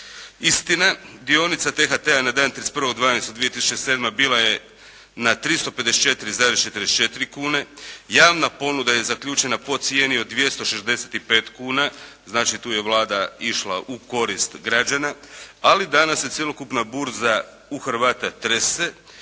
Istina, dionica T-HT-a na dan 31.12.2007. bila je na 354,44 kune, javna ponuda je zaključena po cijeni od 265 kuna. Znači, tu je Vlada išla u korist građana, ali danas se cjelokupna burza u Hrvata trese